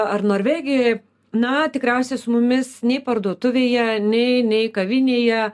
ar norvegijoj na tikriausiai su mumis nei parduotuvėje nei nei kavinėje